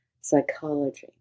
psychology